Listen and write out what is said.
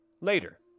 Later